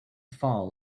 fall